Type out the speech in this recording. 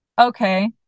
okay